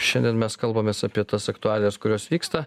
šiandien mes kalbamės apie tas aktualijas kurios vyksta